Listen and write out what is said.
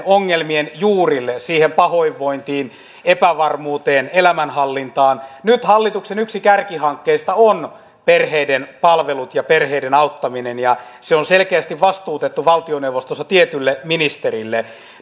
ongelmien juurille siihen pahoinvointiin epävarmuuteen elämänhallintaan nyt hallituksen yksi kärkihankkeista on perheiden palvelut ja perheiden auttaminen ja se on selkeästi vastuutettu valtioneuvostossa tietylle ministerille